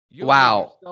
Wow